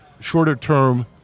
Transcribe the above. shorter-term